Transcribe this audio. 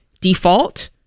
default